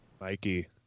Mikey